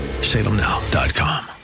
salemnow.com